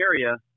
area